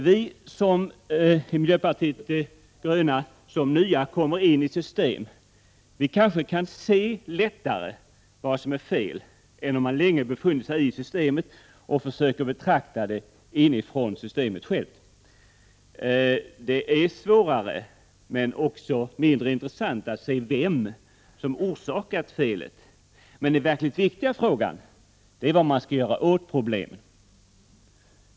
Vi i miljöpartiet de gröna som nya kommer in i ett system kanske lättare kan se vad som är fel än vad man kan om man länge befunnit sig i systemet och försöker betrakta det inifrån systemet självt. Det är svårare men också mindre intressant att se vem som orsakat felet. Den verkligt viktiga frågan är vad man skall göra åt problemen.